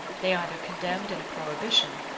they either condemned in a prohibition,